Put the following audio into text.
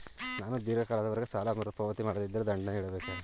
ನಾನು ಧೀರ್ಘ ಕಾಲದವರೆ ಸಾಲ ಮರುಪಾವತಿ ಮಾಡದಿದ್ದರೆ ದಂಡ ನೀಡಬೇಕೇ?